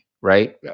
right